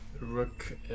Rook